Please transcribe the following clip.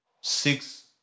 six